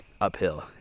uphill